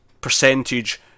percentage